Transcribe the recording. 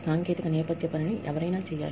సాంకేతిక నేపథ్య పనిని ఎవరైనా చేయాలి